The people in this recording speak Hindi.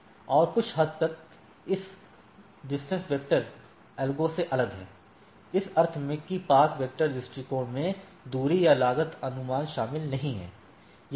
और यह कुछ हद तक इस दूर के वेक्टर एल्गो से अलग है इस अर्थ में कि पथ वेक्टर दृष्टिकोण में दूरी या लागत अनुमान शामिल नहीं है